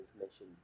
information